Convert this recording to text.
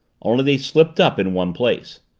only they slipped up in one place.